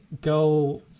go